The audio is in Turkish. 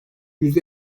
yüz